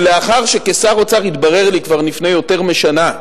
ולאחר שכשר האוצר התברר לי כבר לפני יותר משנה,